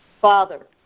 father